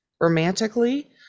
romantically